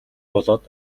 болоод